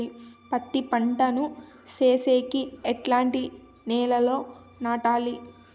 పత్తి పంట ను సేసేకి ఎట్లాంటి నేలలో నాటాలి?